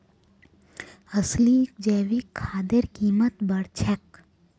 असली जैविक खादेर कीमत बढ़ छेक